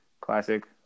classic